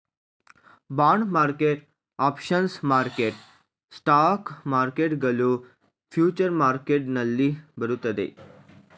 bond market, options market, stock market ಗಳು future market ನಲ್ಲಿ ಬರುತ್ತದೆ